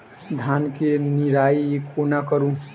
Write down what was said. धान केँ निराई कोना करु?